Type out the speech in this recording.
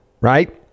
Right